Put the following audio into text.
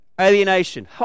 alienation